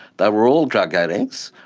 they were all drug addicts.